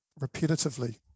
repetitively